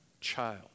child